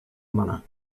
manner